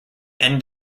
end